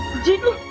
genie!